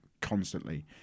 constantly